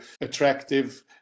attractive